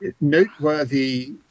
noteworthy